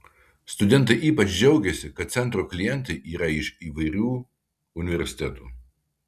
studentai ypač džiaugėsi kad centro klientai yra iš įvairių universitetų